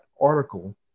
article